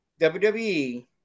WWE